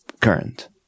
Current